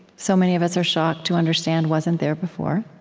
so many of us are shocked to understand wasn't there before